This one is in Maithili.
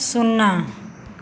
शुन्ना